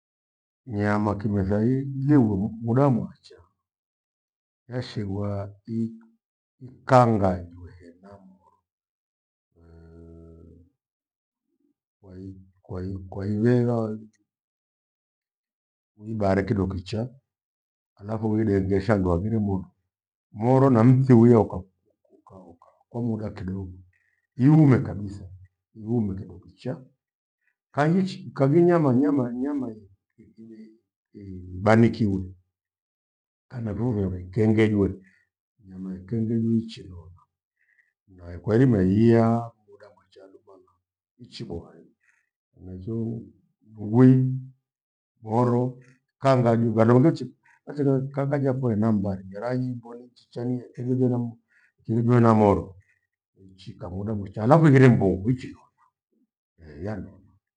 Nyama kimetha hi- jighu muda mwacha. Yashighwa ikangajwe hena moro kwai- kwai nehegha uwi- uibare kindo kicha, halafu ulindengesha handua hangire moro. Moro na mthi wia ukaku- uka- ukauka kwa muda kidogo, iume kabitha iume kindo kicha. Kangichi kangi nyama- nyama- nyama- i- ibei- ibanikiwe kanapho vewe ikengejwe. Nyama ikeghegwe ni- ichilola na kwairima iiya muda mwachalu luvana, hichiboahi. Henaicho bungwi moro ikangajwe gharomechi nachigha kaghaja foenambari meranyi nyimboni chicha niiye. Ikengejwe hena moro ichiika muda mwacha cha halafu ighire mbungo ichinona eeh! ya nona.